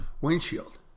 windshield